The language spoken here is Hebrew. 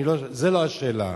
זו לא השאלה.